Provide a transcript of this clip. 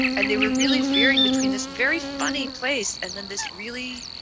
and they were really veering between this very funny place and then this really.